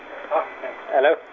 Hello